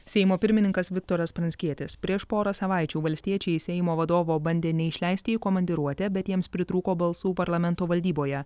seimo pirmininkas viktoras pranckietis prieš porą savaičių valstiečiai seimo vadovo bandė neišleisti į komandiruotę bet jiems pritrūko balsų parlamento valdyboje